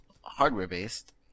hardware-based